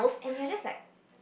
and you are just like